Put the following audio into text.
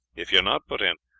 if you are not put in,